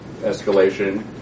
escalation